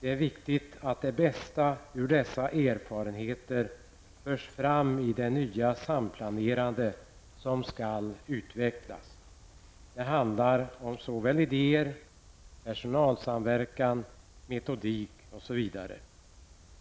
Det är viktigt att det bästa ur dessa erfarenheter förs fram i det nya samplanerande som skall utvecklas. Det handlar om såväl idéer som personalsamverkan, metodik osv.